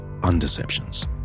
undeceptions